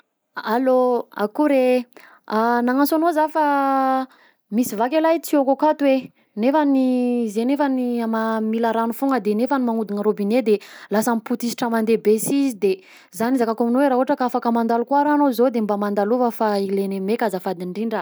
Allô! _x000D_ Akory e! _x000D_ Nagnanso anao za fa misy vaky e lahy tuyauko akato e nefany zay nefany ama mila ragno foagna nefany magnodina robinet de lasa mipotisitra mandeha be si izy de zany ny hizakako aminao hoe raha ohatra ka afaka mandalo koa raha anao zao de mandalova fa ilegnay meka azafady ndrindra.